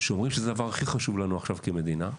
שאומרים שזה הדבר הכי חשוב לנו עכשיו כמדינה,